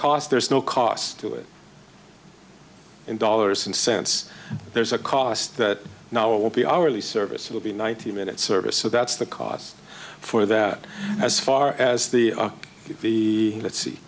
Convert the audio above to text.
cost there's no cost to it in dollars and cents there's a cost that now will be hourly service will be ninety minutes service so that's the cost for that as far as the the let's see